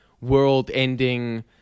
world-ending